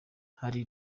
hari